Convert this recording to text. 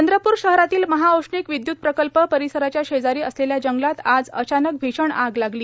चंद्रपूर शहरातील महाऔष्णिक विद्य्त प्रकल्प परिसराच्या शेजारी असलेल्या जंगलात आज अचानक भीषण आग लागली